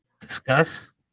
discuss